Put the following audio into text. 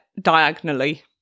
diagonally